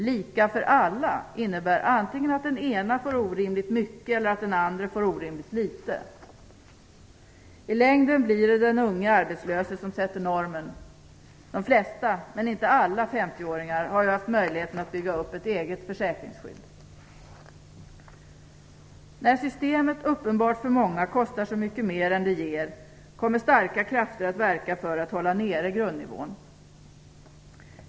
"Lika för alla" innebär antingen att den ena får orimligt mycket eller att den andre får orimligt litet. I längden blir det den unge arbetslöse som sätter normen. De flesta, men inte alla, 50-åringar har ju haft möjligheten att bygga upp ett eget försäkringsskydd. När systemet uppenbart för många kostar så mycket mer än det ger kommer starka krafter att verka för att hålla nere grundnivån.